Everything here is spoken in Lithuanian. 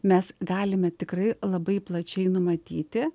mes galime tikrai labai plačiai numatyti